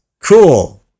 Cool